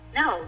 no